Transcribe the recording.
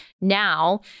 now